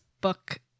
book